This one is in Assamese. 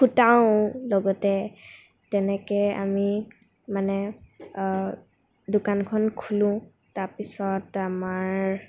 ফুটাও লগতে তেনেকৈ আমি মানে দোকানখন খোলোঁ তাৰপিছত আমাৰ